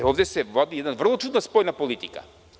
Ovde se vodi jedna vrlo čudna spoljna politika.